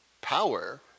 power